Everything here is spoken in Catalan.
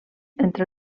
entre